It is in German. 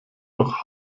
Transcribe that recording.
noch